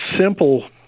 simple